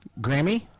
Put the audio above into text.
Grammy